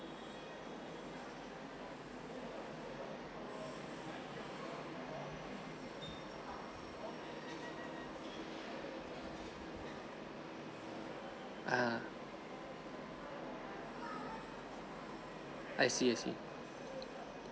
ha I see I see